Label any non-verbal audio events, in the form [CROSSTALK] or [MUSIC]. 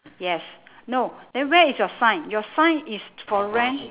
yes no then where is your sign your sign is [NOISE] for rent